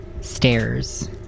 stairs